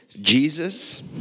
Jesus